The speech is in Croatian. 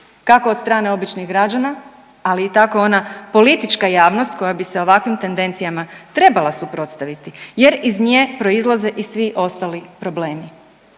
kako od strane običnih građana, ali i tako ona politička javnost koja bi se ovakvim tendencijama trebala suprotstaviti jer iz nje proizlaze i svi ostali problemi.